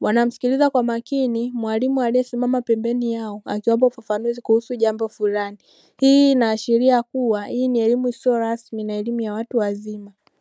wanamsikiliza kwa makini mwalimu aliyesimama pembeni yao akiwapo ufafanuzi kuhusu jambo fulani, hii inaashiria kuwa hii ni elimu isiyo rasmi na elimu ya watu wazima.